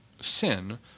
sin